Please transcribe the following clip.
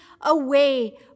away